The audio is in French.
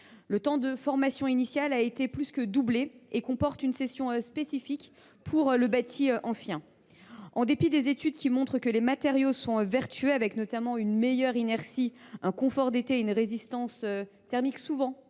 Le temps de formation initiale a plus que doublé et comporte une session spécifique pour le bâti ancien. En dépit des études montrant que les matériaux sont vertueux, avec notamment une meilleure inertie, ainsi qu’un confort d’été et une résistance thermique souvent